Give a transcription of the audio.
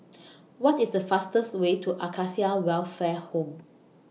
What IS The fastest Way to Acacia Welfare Home